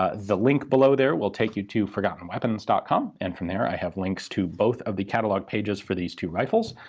ah the link below there will take you to forgottenweapons com, and from there i have links to both of the catalogue pages for these two rifles,